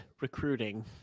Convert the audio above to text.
recruiting